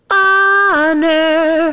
honor